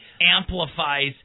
amplifies